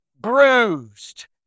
bruised